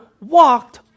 walked